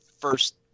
first